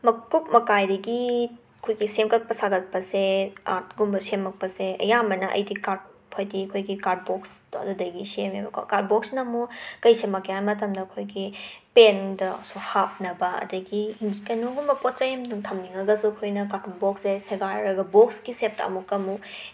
ꯃꯀꯨꯞ ꯃꯀꯥꯏꯗꯒꯤ ꯑꯩꯈꯣꯏꯒꯤ ꯁꯦꯝꯒꯠꯄ ꯁꯥꯒꯠꯄꯁꯦ ꯑꯥꯔꯠꯀꯨꯝꯕ ꯁꯦꯃꯛꯄꯁꯦ ꯑꯌꯥꯝꯕꯅ ꯑꯩꯗꯤ ꯀꯥꯔꯠ ꯍꯥꯏꯗꯤ ꯑꯩꯈꯣꯏꯒꯤ ꯀꯥꯔꯠꯕꯣꯛꯁꯇꯣ ꯑꯗꯨꯗꯒꯤ ꯁꯦꯝꯃꯦꯕꯀꯣ ꯀꯥꯔꯠꯕꯣꯛꯁꯅꯃꯨ ꯀꯩ ꯁꯦꯃꯛꯀꯦ ꯍꯥꯏꯕ ꯃꯇꯝꯗ ꯑꯩꯈꯣꯏꯒꯤ ꯄꯦꯟꯗ ꯁꯨ ꯍꯥꯞꯅꯕ ꯑꯗꯒꯤ ꯀꯩꯅꯣꯒꯨꯝꯕ ꯄꯣꯠ ꯆꯩ ꯑꯝ ꯗꯨꯝ ꯊꯝꯅꯤꯡꯂꯒꯁꯨ ꯑꯩꯈꯣꯏꯅ ꯀꯥꯔꯇꯨꯟꯕꯣꯛꯁꯁꯦ ꯁꯦꯒꯥꯏꯔꯒ ꯕꯣꯛꯁꯀꯤ ꯁꯦꯞꯇ ꯑꯃꯨꯛꯀ ꯃꯨꯛ